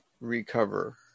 recover